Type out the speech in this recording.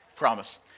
Promise